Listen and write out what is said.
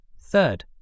Third